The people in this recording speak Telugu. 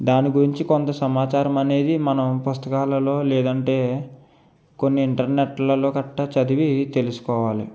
దాని గురించి కొంత సమాచారం అనేది మనం పుస్తకాలలో లేదంటే కొన్ని ఇంటర్నెట్లలో కట్ట చదివి తెలుసుకోవాలి